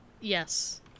Yes